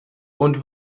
und